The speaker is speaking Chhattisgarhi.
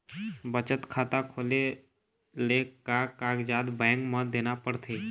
बचत खाता खोले ले का कागजात बैंक म देना पड़थे?